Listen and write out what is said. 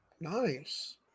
Nice